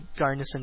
Garnison